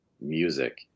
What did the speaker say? music